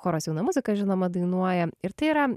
choras jauna muzika žinoma dainuoja ir tai yra